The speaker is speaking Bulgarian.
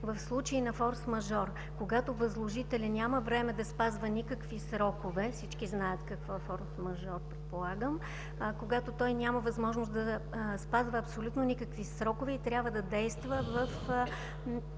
в случай на форсмажор – когато възложителят няма време да спазва никакви срокове. Предполагам, всички знаят какво е форсмажор - когато той няма възможност да спазва абсолютно никакви срокове и трябва да действа в екстремна